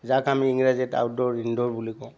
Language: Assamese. যাক আমি ইংৰাজীত আউটডোৰ ইনডোৰ বুলি কওঁ